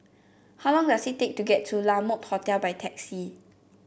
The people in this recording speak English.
how long does it take to get to La Mode Hotel by taxi